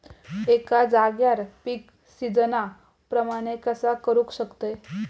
एका जाग्यार पीक सिजना प्रमाणे कसा करुक शकतय?